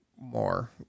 more